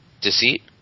Deceit